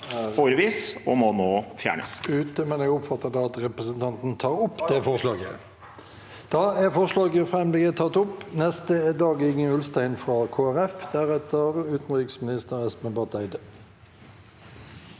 årevis og må nå fjernes.